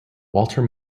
walter